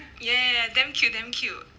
ya ya ya damn cute damn cute